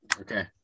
okay